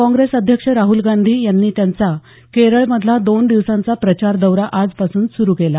काँग्रेस अध्यक्ष राहल गांधी यांनी त्यांचा केरळ मधला दोन दिवसांचा प्रचार दौरा आजपासून सुरू केला